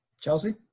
Chelsea